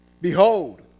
Behold